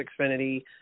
Xfinity